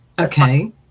Okay